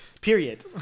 Period